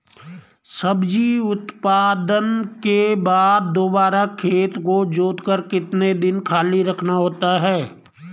सब्जी उत्पादन के बाद दोबारा खेत को जोतकर कितने दिन खाली रखना होता है?